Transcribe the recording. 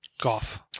golf